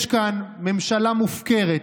יש כאן ממשלה מופקרת,